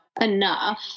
enough